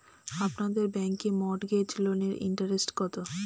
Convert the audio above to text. আপনাদের ব্যাংকে মর্টগেজ লোনের ইন্টারেস্ট কত?